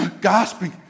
gasping